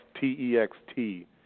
T-E-X-T